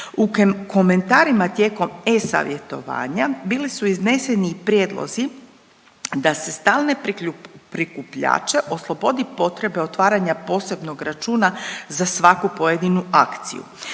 U komentarima tijekom e-savjetovanja bili su izneseni i prijedlozi da se stalne prikupljače oslobodi potrebe otvaranja posebnog računa za svaku pojedinu akciju